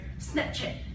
Snapchat